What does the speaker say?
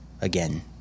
again